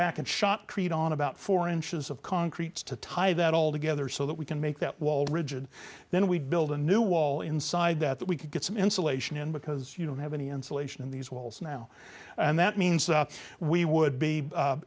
back and shot treat on about four inches of concrete to tie that all together so that we can make that wall rigid then we build a new wall inside that we can get some insulation in because you don't have any insulation in these walls now and that means we would